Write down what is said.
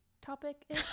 topic